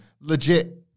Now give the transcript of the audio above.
Legit